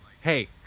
Hey